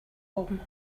home